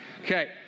Okay